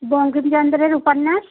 বঙ্কিমচন্দ্ররের উপন্যাস